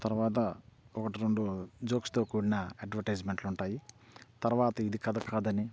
తర్వాత ఒకటి రెండు జోక్స్తో కూడిన అడ్వటైజ్మెంట్లు ఉంటాయి తరువాత ఇది కథ కాదని